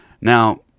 Now